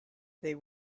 there